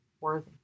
worthy